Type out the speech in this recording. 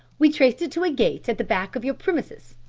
we traced it to a gate at the back of your premises,